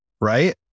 right